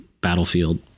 battlefield